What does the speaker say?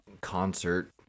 concert